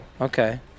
Okay